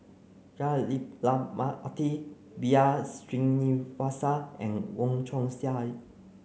Jah Lelamati B R Sreenivasan and Wong Chong Sai